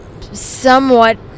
somewhat